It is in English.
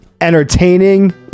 entertaining